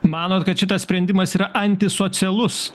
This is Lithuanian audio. manot kad šitas sprendimas yra antisocialus